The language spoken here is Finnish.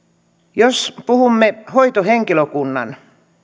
jos puhumme hoitohenkilökunnan